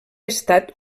estat